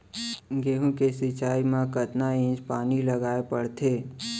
गेहूँ के सिंचाई मा कतना इंच पानी लगाए पड़थे?